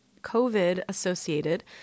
COVID-associated